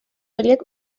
horiek